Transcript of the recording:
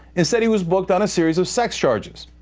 instead, he was booked on a series of sex charges.